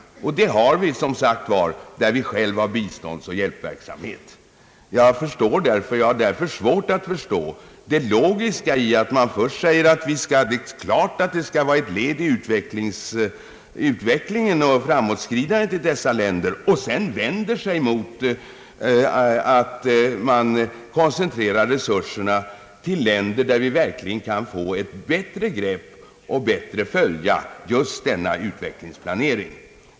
Det har vi, som sagt, där vi själva har biståndsoch hjälpverksamhet. Jag har därför svårt att förstå det lo giska i att man först säger att det är klart att det skall vara ett led i utvecklingen och framåtskridandet i dessa länder och att man sedan vänder sig emot att resurserna koncentreras till länder där vi verkligen kan få ett bättre grepp och en bättre uppföljning av just denna utvecklingsplanering.